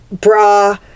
bra